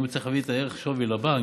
הוא צריך להביא את ערך השווי לבנק,